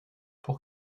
pour